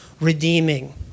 redeeming